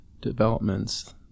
developments